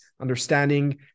understanding